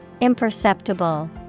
imperceptible